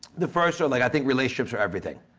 the first or like i think relationships are everything.